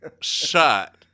shut